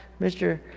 Mr